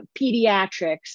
pediatrics